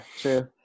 true